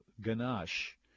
ganache